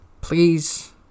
Please